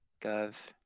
Gov